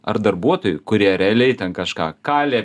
ar darbuotojų kurie realiai ten kažką kalė